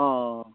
অঁ